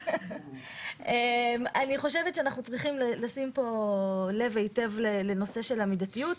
אנחנו צריכים לשים פה לב היטב לנושא המידתיות.